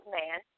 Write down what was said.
man